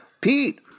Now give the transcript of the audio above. Pete